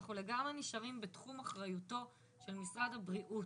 אנחנו לגמרי נשארים בתחום אחריותו של משרד הבריאות.